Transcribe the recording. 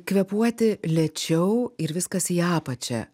kvėpuoti lėčiau ir viskas į apačią